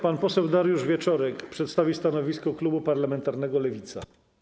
Pan poseł Dariusz Wieczorek przedstawi stanowisko klubu parlamentarnego Lewica.